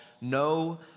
No